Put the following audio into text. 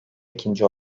ikinci